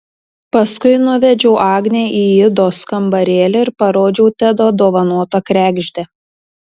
paskui nuvedžiau agnę į idos kambarėlį ir parodžiau tedo dovanotą kregždę